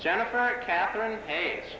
jennifer catherine age